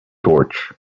torch